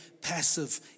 passive